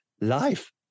life